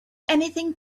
anything